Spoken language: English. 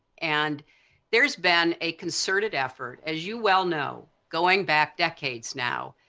and theres been a concerted effort, as you well know, going back decades now,